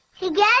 Together